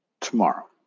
tomorrow